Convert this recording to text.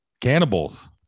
Cannibals